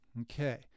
Okay